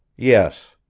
yes.